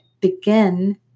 begin